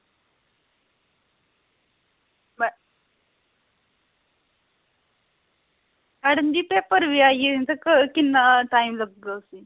madam ji paper बी आई गे ते किन्ना टाईम लग्गग इसी